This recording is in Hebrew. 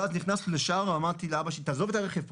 ואז נכנסנו לשער ואמרתי לאבא שלי "תעזוב את הרכב פה,